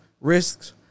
Risks